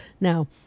now